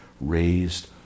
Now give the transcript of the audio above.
raised